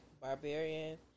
Barbarian